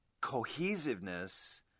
cohesiveness